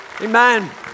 Amen